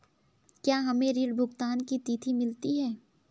क्या हमें ऋण भुगतान की तिथि मिलती है?